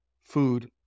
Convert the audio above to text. food